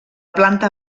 planta